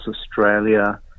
Australia